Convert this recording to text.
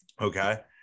okay